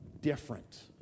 different